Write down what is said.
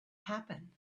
happen